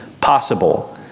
possible